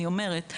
אני אומרת,